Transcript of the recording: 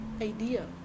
idea